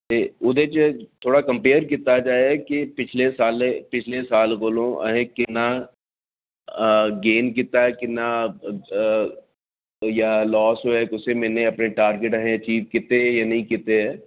ते ओहदे च थोह्ड़ा कम्पेयर कीता जाए कि पिछले साले पिछले साल कोलूं अहें किन्ना गेन कीता ऐ किन्ना जां लास होएआ कुसै म्हीनै अपने टारगेट अहें अचीव कीते जां नेईं कीते